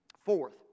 fourth